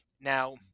Now